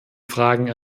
fragen